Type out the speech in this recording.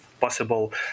possible